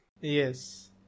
yes